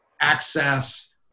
access